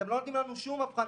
אתם לא נותנים לנו שום אבחנה.